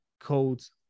codes